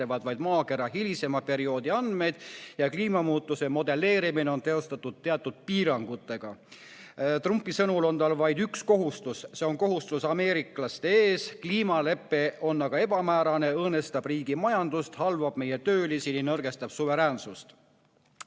vaid maakera hilisema perioodi andmeid ja kliimamuutuse modelleerimine on teostatud teatud piirangutega. Trumpi sõnul on tal vaid üks kohustus, see on kohustus ameeriklaste ees, kliimalepe on aga ebamäärane, õõnestab riigi majandust, halvab töölisi, nõrgestab suveräänsust. Nüüd